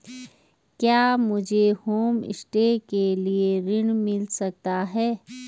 क्या मुझे होमस्टे के लिए ऋण मिल सकता है?